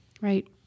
right